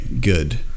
Good